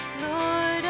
Lord